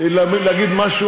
לא שטויות,